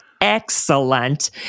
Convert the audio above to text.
excellent